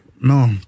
no